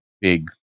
big